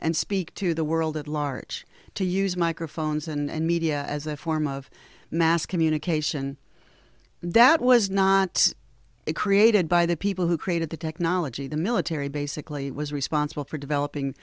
and speak to the world at large to use microphones and media as a form of mass communication that was not created by the people who created the technology the military basically was responsible for developing